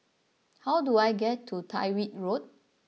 how do I get to Tyrwhitt Road